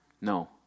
No